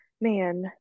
man